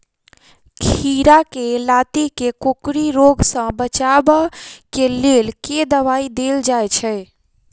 खीरा केँ लाती केँ कोकरी रोग सऽ बचाब केँ लेल केँ दवाई देल जाय छैय?